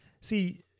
See